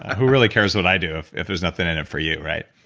who really cares what i do if if there's nothing in it for you, right?